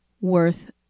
worth